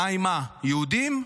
מים מה, יהודיים?